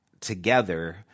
together